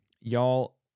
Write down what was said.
y'all